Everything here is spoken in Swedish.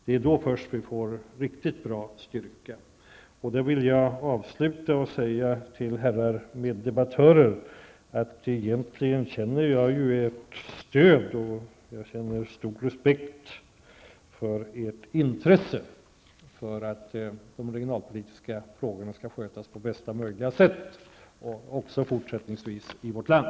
Det är först då som vi får en riktigt bra styrka. Avslutningsvis vill jag till herrar meddebattörer säga att jag egentligen upplever ett stöd och även en stor respekt när det gäller ert intresse för att de regionalpolitiska frågorna också fortsättningsvis sköts på bästa möjliga sätt i vårt land.